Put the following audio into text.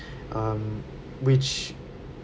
um which